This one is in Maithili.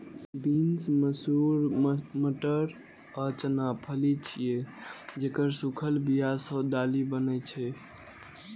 बीन्स, मसूर, मटर आ चना फली छियै, जेकर सूखल बिया सं दालि बनै छै